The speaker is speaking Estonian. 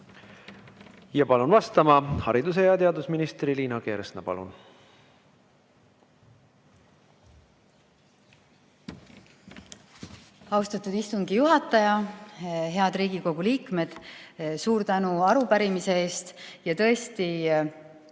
Palun vastama haridus- ja teadusminister Liina Kersna. Palun